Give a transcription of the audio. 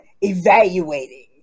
evaluating